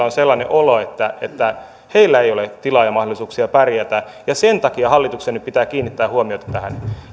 on sellainen olo että että heillä ei ole tilaa ja mahdollisuuksia pärjätä sen takia hallituksen nyt pitää kiinnittää huomiota tähän